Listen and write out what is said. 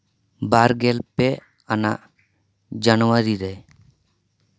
ᱵᱟᱨ ᱜᱮᱞ ᱯᱮ ᱟᱱᱟᱜ ᱡᱟᱱᱩᱣᱟᱨᱤ